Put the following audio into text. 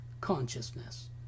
consciousness